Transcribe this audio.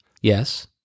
yes